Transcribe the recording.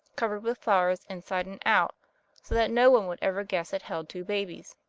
covered with flowers inside and out, so that no one would ever guess it held two babies.